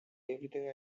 everything